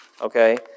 okay